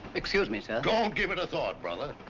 excuse me, sir. don't give it thought, brother.